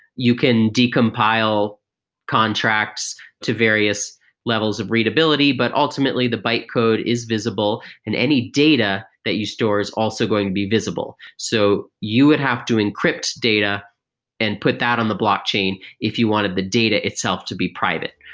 you can decompile contracts to various levels of readability, but ultimately the bite code is visible and any data that you store is also going to be visible. so you would have to encrypt data and put that on the block chain if you wanted the data itself to be private.